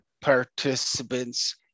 participants